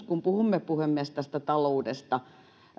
kun puhumme puhemies taloudesta